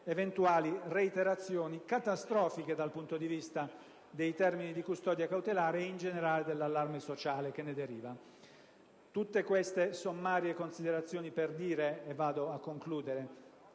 eventuali reiterazioni, catastrofiche dal punto di vista dei termini di custodia cautelare e in generale dell'allarme sociale che ne deriva. Tutte queste sommarie considerazioni per dire (vado a concludere):